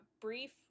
brief